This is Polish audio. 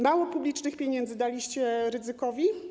Mało publicznych pieniędzy daliście Rydzykowi?